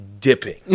dipping